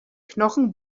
knochen